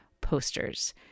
posters